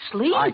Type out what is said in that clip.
Sleep